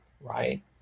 right